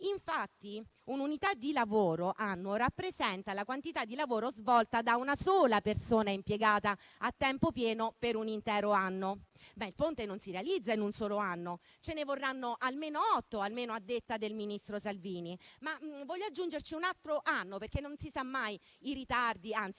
Infatti un'unità di lavoro annuo rappresenta la quantità di lavoro svolta da una sola persona impiegata a tempo pieno per un intero anno. Il Ponte non si realizza in un solo anno, ma ce ne vorranno almeno otto, almeno a detta del ministro Salvini. Voglio però aggiungere un altro anno, perché non si sa mai se vi saranno